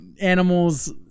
animals